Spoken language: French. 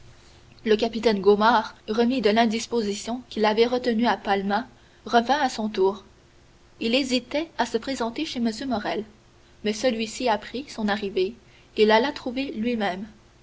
le capitaine gaumard remis de l'indisposition qui l'avait retenu à palma revint à son tour il hésitait à se présenter chez m morrel mais celui-ci apprit son arrivée et l'alla trouver lui-même